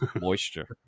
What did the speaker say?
moisture